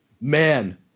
Man